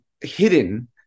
hidden